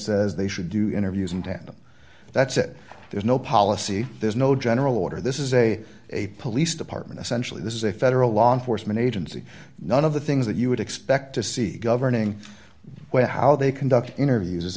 says they should do interviews in tandem that's it there's no policy there's no general order this is a a police department essentially this is a federal law enforcement agency none of the things that you would expect to see governing where how they conduct interviews is